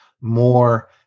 more